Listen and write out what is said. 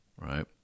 right